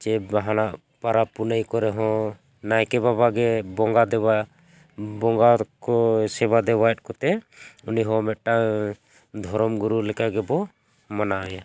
ᱥᱮ ᱡᱟᱦᱟᱱᱟᱜ ᱯᱚᱨᱚᱵᱽ ᱯᱩᱱᱟᱹᱭ ᱠᱚᱨᱮ ᱦᱚᱸ ᱱᱟᱭᱠᱮ ᱵᱟᱵᱟ ᱜᱮ ᱵᱚᱸᱜᱟ ᱫᱮᱵᱟ ᱵᱚᱸᱜᱟ ᱠᱚᱭ ᱥᱮᱵᱟ ᱫᱮᱣᱟᱭᱮᱫ ᱠᱚᱛᱮ ᱩᱱᱤ ᱦᱚᱸ ᱢᱤᱫᱴᱟᱝ ᱫᱷᱚᱨᱚᱢ ᱜᱩᱨᱩ ᱞᱮᱠᱟ ᱜᱮᱵᱚ ᱢᱟᱱᱟᱣᱮᱭᱟ